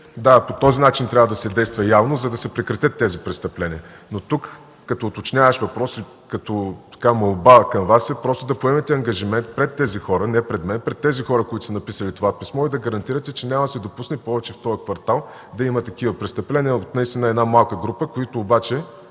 Да, по този начин трябва да се действа явно, за да се прекратят тези престъпления, но тук, като уточняващ въпрос и като молба към Вас, е просто да поемете ангажимент пред тези хора, не пред мен, пред тези хора, които са написали това писмо и да гарантирате, че няма да се допусне повече в този квартал да има такива престъпления от наистина една малка група, които обаче